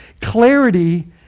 clarity